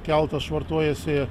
keltas švartuojasi